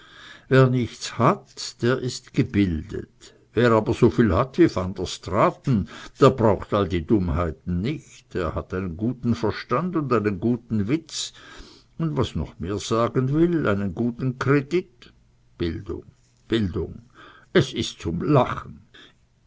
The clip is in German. wer gar nichts hat der ist gebildet wer aber so viel hat wie van der straaten der braucht all die dummheiten nicht er hat einen guten verstand und einen guten witz und was noch mehr sagen will einen guten kredit bildung bildung es ist zum lachen